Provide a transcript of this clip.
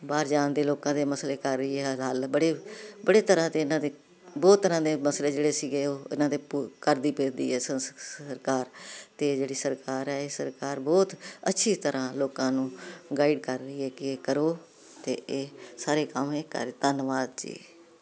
ਬਾਹਰ ਜਾਣ ਦੇ ਲੋਕਾਂ ਦੇ ਮਸਲੇ ਕਰ ਰਹੀ ਹੈ ਹੱਲ ਬੜੇ ਬੜੇ ਤਰ੍ਹਾਂ ਦੇ ਇਹਨਾਂ ਦੇ ਬਹੁਤ ਤਰ੍ਹਾਂ ਦੇ ਮਸਲੇ ਜਿਹੜੇ ਸੀਗੇ ਉਹਨਾਂ ਦੇ ਘਰਦੀ ਫਿਰਦੀ ਹੈ ਸਰਕਾਰ ਤੇ ਜਿਹੜੀ ਸਰਕਾਰ ਹੈ ਇਹ ਸਰਕਾਰ ਬਹੁਤ ਅੱਛੀ ਤਰ੍ਹਾਂ ਲੋਕਾਂ ਨੂੰ ਗਾਈਡ ਕਰ ਰਹੀ ਏ ਕਿ ਕਰੋ ਤੇ ਇਹ ਸਾਰੇ ਕੰਮ ਇਹ ਕਰ ਧੰਨਵਾਦ ਜੀ